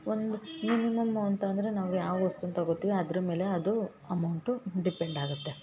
ಒಂದು ಮಿನಿಮಮ್ಮು ಅಂತಂದರೆ ನಾವು ಯಾವ ವಸ್ತುನ ತಗೊತೀವಿ ಅದ್ರ ಮೇಲೆ ಅದು ಅಮೌಂಟು ಡಿಪೆಂಡ್ ಆಗತ್ತೆ